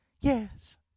Yes